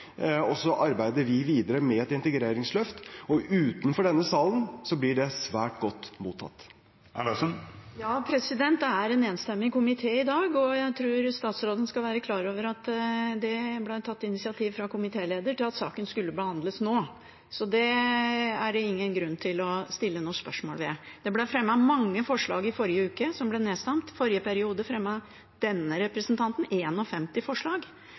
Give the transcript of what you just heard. og så arbeider vi videre med et integreringsløft. Utenfor denne salen blir det svært godt mottatt. Ja, det er en enstemmig komité i dag, og jeg tror statsråden skal være klar over at det ble tatt initiativ fra komitélederen til at saken skulle behandles nå. Så det er det ingen grunn til å stille noe spørsmål ved. Det ble i forrige uke fremmet mange forslag som ble nedstemt. I forrige periode fremmet denne representanten 51 forslag.